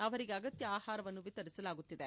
ಅವರಿಗೆ ಅಗತ್ಯ ಆಹಾರವನ್ನು ವಿತರಿಸಲಾಗುತ್ತಿದೆ